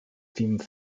theme